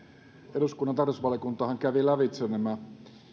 eduskunnan tarkastusvaliokuntahan kävi lävitse nämä